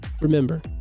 Remember